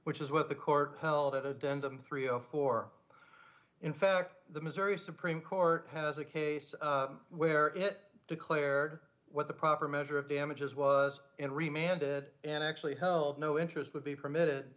which is what the court held at a dent in three of four in fact the missouri supreme court has a case where it declared what the proper measure of damages was in remained it and actually held no interest would be permitted